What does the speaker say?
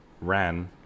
ran